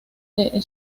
the